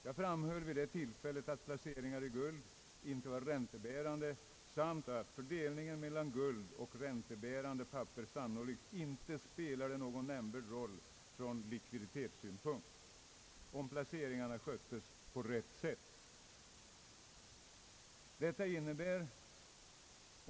Jag framhöll vid det tillfället att placeringar i guld inte var räntebärande samt att fördelningen mellan guld och räntebärande papper sannolikt inte spelade någon nämnvärd roll från likviditetssynpunkt, om placeringarna skötes på rätt sätt.